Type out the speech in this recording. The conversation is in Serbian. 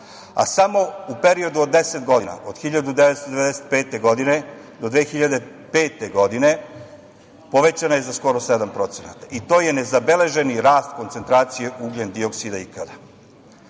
Samo u periodu od 10 godina, od 1995. godine do 2005. godine povećana je za skoro 7% i to je nezabeleženi rast koncentracije ugljen-dioksida ikada. To